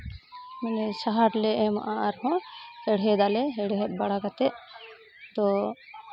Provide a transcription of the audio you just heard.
ᱢᱟᱱᱮ ᱥᱟᱦᱟᱨ ᱞᱮ ᱮᱢᱟᱜᱼᱟ ᱟᱨᱦᱚᱸ ᱦᱮᱲᱦᱮᱫ ᱟᱞᱮ ᱦᱮᱲᱦᱮᱫ ᱵᱟᱲᱟ ᱠᱟᱛᱮᱫ ᱛᱚ